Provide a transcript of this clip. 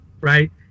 right